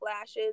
lashes